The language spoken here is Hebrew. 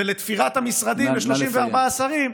ולתפירת המשרדים ל-34 שרים,